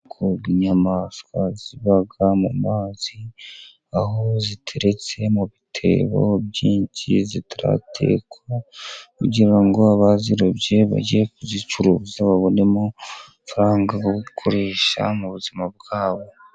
Ubwoko bw' inyamaswa ziba mu mazi, aho ziteretse mu bitebo byinshi zitaratekwa kugira ngo abazirobye bajye kuzicuruza, babonemo amafaranga yo gukoresha mu buzima bwabo.